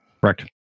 Correct